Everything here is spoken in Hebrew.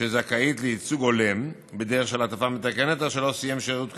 שזכאית לייצוג הולם בדרך של העדפה מתקנת אשר לא סיים שירות כאמור".